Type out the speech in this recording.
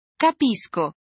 Capisco